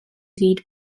fyd